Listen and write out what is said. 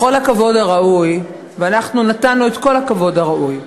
בכל הכבוד הראוי, ואנחנו נתנו את כל הכבוד הראוי,